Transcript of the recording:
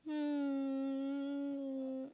um